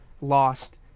lost